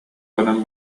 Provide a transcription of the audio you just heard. хонон